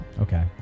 Okay